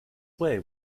way